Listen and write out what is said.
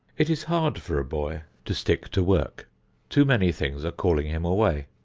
it is hard for a boy to stick to work too many things are calling him away.